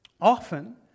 often